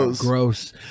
Gross